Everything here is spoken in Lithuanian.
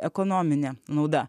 ekonominė nauda